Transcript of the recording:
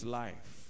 life